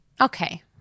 okay